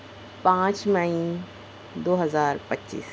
پانچ مئی دو ہزار پچیس